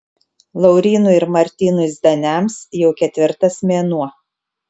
laurynui ir martynui zdaniams jau ketvirtas mėnuo